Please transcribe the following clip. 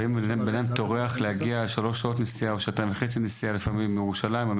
לפעמים גם אדם מגיע אחרי נסיעה של שעתיים וחצי ואפילו שלוש מירושלים.